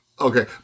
Okay